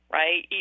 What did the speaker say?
right